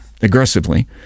aggressively